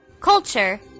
Culture